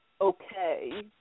okay